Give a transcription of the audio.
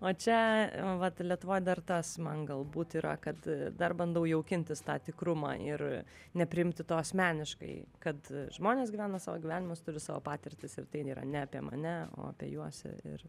o čia vat lietuvoj dar tas man galbūt yra kad dar bandau jaukintis tą tikrumą ir nepriimti to asmeniškai kad žmonės gyvena savo gyvenimus turi savo patirtis ir tai nėra ne apie mane o apie juos ir